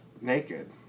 naked